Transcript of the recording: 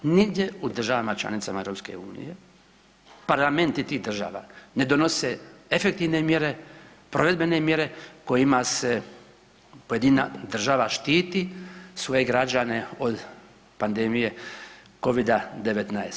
Nigdje u državama članicama EU parlamenti tih država ne donose efektivne mjere, provedbene mjere kojima se pojedina država štiti svoje građane od pandemije covida-19.